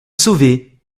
sauvée